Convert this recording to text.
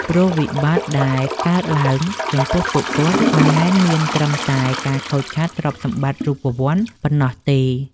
ព្រោះវិបត្តិដែលកើតឡើងចំពោះពួកគាត់មិនមែនមានត្រឹមតែការខូចខាតទ្រព្យសម្បត្តិរូបវន្តប៉ុណ្ណោះទេ។